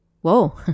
Whoa